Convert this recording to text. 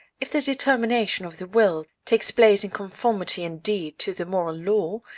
if the determination of the will takes place in conformity indeed to the moral law,